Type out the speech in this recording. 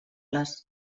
les